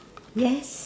yes